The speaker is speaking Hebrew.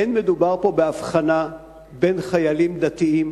אין מדובר פה בהבחנה בין חיילים דתיים